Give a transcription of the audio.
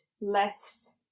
less